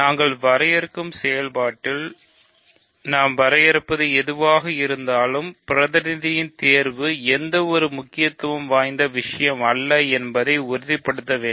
நாங்கள் வரையறுக்கும் செயல்பாட்டில் நாம் வரையறுப்பது எதுவாக இருந்தாலும் பிரதிநிதியின் தேர்வு எந்த ஒரு முக்கியத்துவம் வாய்ந்த விஷயம் அல்ல என்பதை உறுதிப்படுத்த வேண்டும்